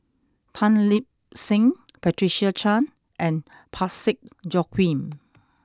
Tan Lip Seng Patricia Chan and Parsick Joaquim